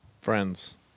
Friends